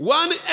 one